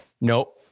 Nope